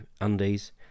undies